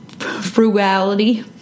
Frugality